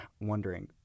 wondering